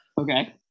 Okay